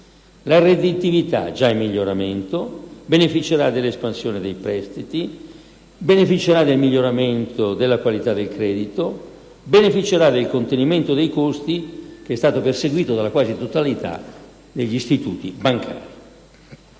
La redditività, già in miglioramento, beneficerà dell'espansione dei prestiti, del miglioramento della qualità del credito e del contenimento dei costi perseguito dalla quasi totalità degli istituti bancari.